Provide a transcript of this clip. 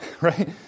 right